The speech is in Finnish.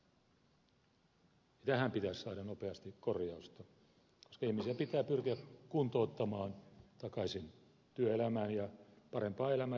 tähän pitäisi saada nopeasti korjausta koska ihmisiä pitää pyrkiä kuntouttamaan takaisin työelämään ja parempaan elämään joka tapauksessa